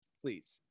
Please